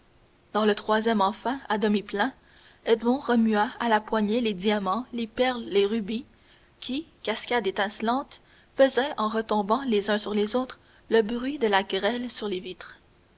dans le troisième enfin à demi plein edmond remua à poignée les diamants les perles les rubis qui cascade étincelante faisaient en retombant les uns sur les autres le bruit de la grêle sur les vitres